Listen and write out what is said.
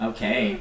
Okay